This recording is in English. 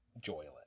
joyless